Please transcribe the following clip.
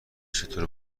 چطور